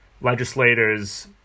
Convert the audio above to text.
Legislators